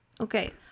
Okay